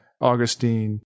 Augustine